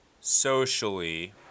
socially